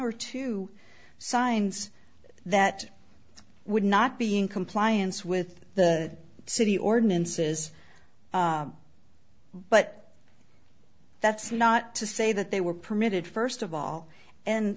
or two signs that would not be in compliance with the city ordinances but that's not to say that they were permitted first of all and